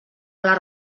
les